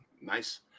Nice